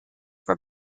were